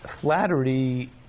flattery